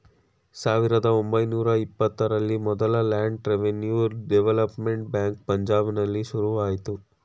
ಸಾವಿರದ ಒಂಬೈನೂರ ಇಪ್ಪತ್ತರಲ್ಲಿ ಮೊದಲ ಲ್ಯಾಂಡ್ ರೆವಿನ್ಯೂ ಡೆವಲಪ್ಮೆಂಟ್ ಬ್ಯಾಂಕ್ ಪಂಜಾಬ್ನಲ್ಲಿ ಶುರುವಾಯ್ತು